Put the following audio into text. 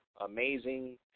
amazing